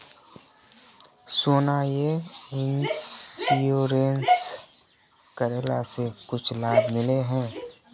सोना यह इंश्योरेंस करेला से कुछ लाभ मिले है?